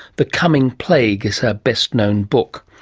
the coming plague is her best-known book.